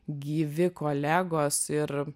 gyvi kolegos ir